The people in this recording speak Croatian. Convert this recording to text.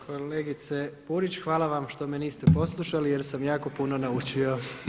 Kolegice Burić, hvala vam što me niste poslušali, jer sam jako puno naučio.